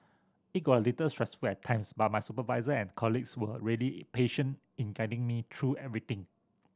it got a little stressful at times but my supervisor and colleagues were really patient in guiding me through everything